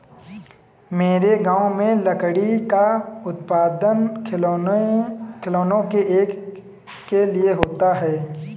मेरे गांव में लकड़ी का उत्पादन खिलौनों के लिए होता है